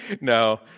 No